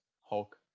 Hulk